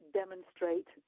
demonstrate